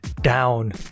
down